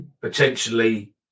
Potentially